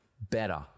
Better